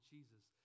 Jesus